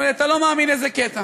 הוא אומר: אתה לא מאמין איזה קטע.